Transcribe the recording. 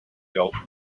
built